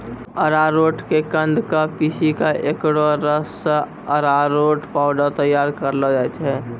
अरारोट के कंद क पीसी क एकरो रस सॅ अरारोट पाउडर तैयार करलो जाय छै